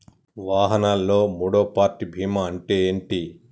వాహనాల్లో మూడవ పార్టీ బీమా అంటే ఏంటి?